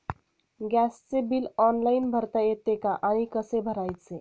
गॅसचे bill online भरता येते का आणि कसे भरायचे?